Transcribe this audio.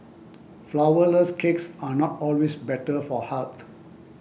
Flourless Cakes are not always better for health